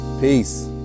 Peace